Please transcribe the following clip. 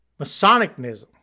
Masonicism